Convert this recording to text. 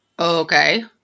Okay